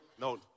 No